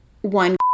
one